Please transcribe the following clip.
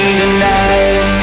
tonight